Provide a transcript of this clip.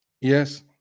Yes